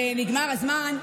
נגמר הזמן.